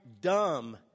dumb